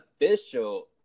official